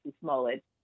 Smollett